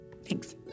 Thanks